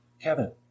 Kevin